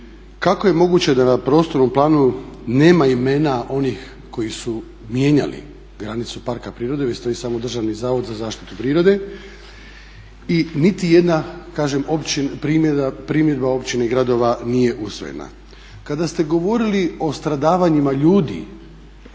kako je moguće da na prostornom planu nema imena oni koji su mijenjali granicu parka prirode, već stoji samo Državni zavod za zaštitu prirode i niti jedna kažem primjedba općine i gradova nije usvojena. Kada ste govorili o stradavanjima ljudi